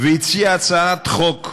והציע הצעת חוק שאומרת,